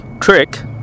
trick